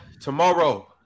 Tomorrow